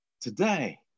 today